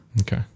Okay